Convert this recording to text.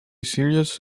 serious